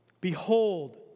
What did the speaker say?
Behold